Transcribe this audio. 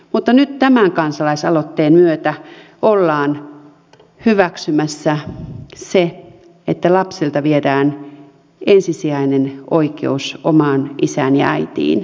mutta nyt tämän kansalaisaloitteen myötä ollaan hyväksymässä se että lapselta viedään ensisijainen oikeus omaan isään ja äitiin